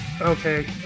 okay